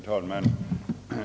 Herr talman!